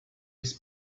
his